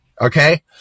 Okay